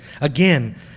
Again